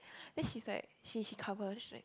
then she's like she she cover then like